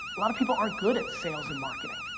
a lot of people are good at sales and marketing.